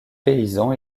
paysan